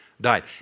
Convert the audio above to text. died